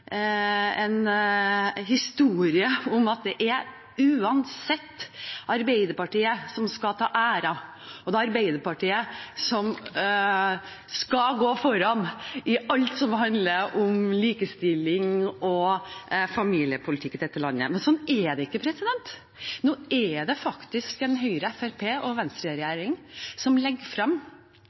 historie om at det uansett er Arbeiderpartiet som skal ta æren, det er Arbeiderpartiet som skal gå foran i alt som handler om likestilling og familiepolitikk i dette landet. Slik er det ikke. Nå er det faktisk en Høyre–Fremskrittspartiet–Venstre-regjering som legger frem den mest likestilte, en historisk, foreldrepermisjonsordning i Stortinget, og det er denne regjeringen som